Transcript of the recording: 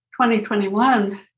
2021